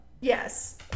Yes